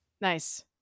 Nice